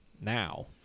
Now